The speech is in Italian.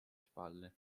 spalle